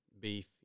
beef